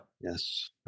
Yes